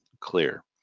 clear